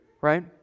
right